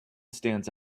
stands